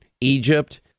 Egypt